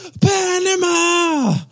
Panama